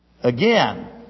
again